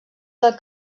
del